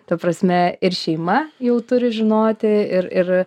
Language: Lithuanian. ta prasme ir šeima jau turi žinoti ir ir